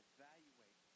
Evaluate